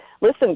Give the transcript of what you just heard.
listen